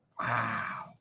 Wow